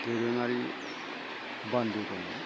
दोरोङारि बान्दो दङ